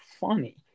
funny